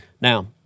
Now